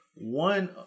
One